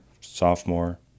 sophomore